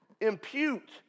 Impute